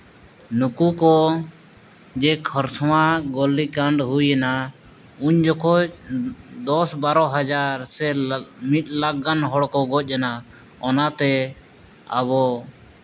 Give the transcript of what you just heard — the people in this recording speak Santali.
ᱱᱩᱠᱩ ᱠᱚ ᱡᱮ ᱠᱷᱟᱨᱥᱚᱶᱟ ᱜᱳᱞᱤ ᱠᱟᱱᱰ ᱦᱩᱭᱮᱱᱟ ᱩᱱ ᱡᱚᱠᱷᱮᱡ ᱫᱚᱥ ᱵᱟᱨᱚ ᱦᱟᱡᱟᱨ ᱥᱮ ᱢᱤᱫ ᱞᱟᱠᱷ ᱜᱟᱱ ᱦᱚᱲ ᱠᱚ ᱜᱚᱡᱽ ᱮᱱᱟ ᱚᱱᱟᱛᱮ ᱟᱵᱚ